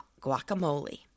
guacamole